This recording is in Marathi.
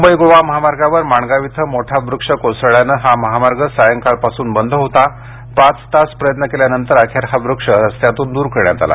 मुंबई गोवा महामार्गावर माणगाव इथं मोठा वृक्ष कोसळल्यानं हा महामार्ग सायंकाळपासून बंद होता पाच तास प्रयत्न केल्यानंतर अखेर हा वृक्ष रस्त्यातून दूर करण्यात आला